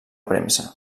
premsa